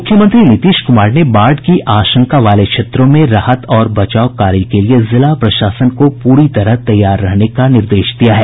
मुख्यमंत्री नीतीश कुमार ने बाढ़ की आशंका वाले क्षेत्रों में राहत और बचाव कार्य के लिए जिला प्रशासन को पूरी तरह तैयार रहने का निर्देश दिया है